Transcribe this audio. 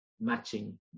matching